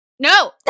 No